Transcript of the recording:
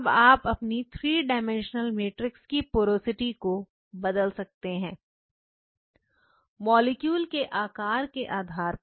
अब आप अपनी थ्री डाइमेंशनल मैट्रिक्स की पोरोसिटी को बदल सकते हैं मॉलिक्यूल के आकार के आधार पर